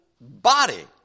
body